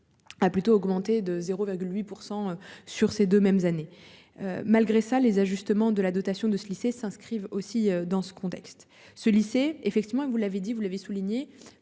A plutôt augmenté de 0,8% sur ces 2 mêmes années. Malgré ça les ajustements de la dotation de ce lycée s'inscrivent aussi dans ce contexte ce lycée effectivement il vous l'avez dit, vous l'avez souligné